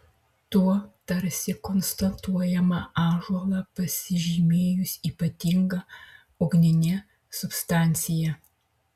tuo tarsi konstatuojama ąžuolą pasižymėjus ypatinga ugnine substancija